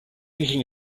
thinking